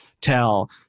tell